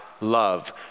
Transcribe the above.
love